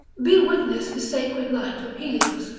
be witness the sacred light of helios,